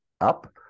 up